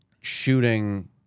shooting